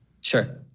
Sure